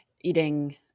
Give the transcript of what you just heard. eating